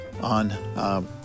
On